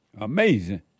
Amazing